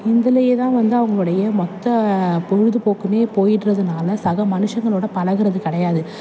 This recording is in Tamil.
இதுலையே தான் வந்து அவங்களுடைய மொத்த பொழுதுபோக்கும் போயிட்டுறதுனால சக மனுஷங்களோடய பழகிறது கிடையாது